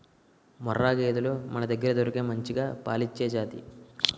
ముర్రా గేదెలు మనదగ్గర దొరికే మంచిగా పాలిచ్చే జాతి